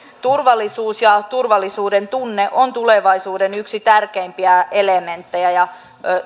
turvallisuus ja turvallisuuden tunne ovat yksi tulevaisuuden tärkeimpiä elementtejä ja